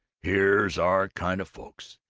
here's our kind of folks!